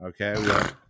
Okay